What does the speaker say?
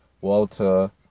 walter